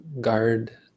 guard